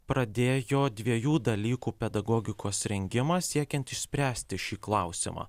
pradėjo dviejų dalykų pedagogikos rengimą siekiant išspręsti šį klausimą